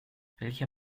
welcher